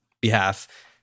behalf